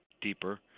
deeper